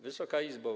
Wysoka Izbo!